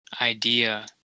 idea